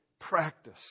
practice